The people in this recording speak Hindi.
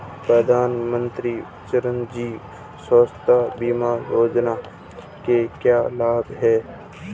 मुख्यमंत्री चिरंजी स्वास्थ्य बीमा योजना के क्या लाभ हैं?